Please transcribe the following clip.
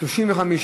2 נתקבלו.